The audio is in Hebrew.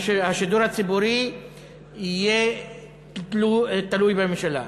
השידור הציבורי יהיה תלוי בממשלה.